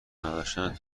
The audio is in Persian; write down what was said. نداشتن